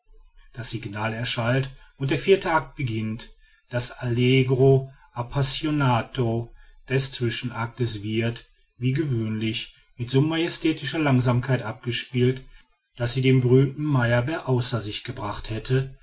das signal erschallt und der vierte act beginnt das allegro appassionato des zwischenactes wird wie gewöhnlich mit so majestätischer langsamkeit abgespielt daß sie den berühmten meyerbeer außer sich gebracht hätte